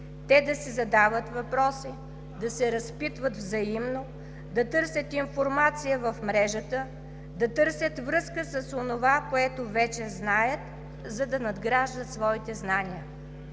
те да си задават въпроси, да се разпитват взаимно, да търсят информация в мрежата, да търсят връзка с онова, което вече знаят, за да надграждат своите знания.